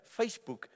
Facebook